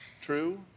true